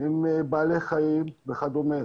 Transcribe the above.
עם בעלי חיים וכדומה.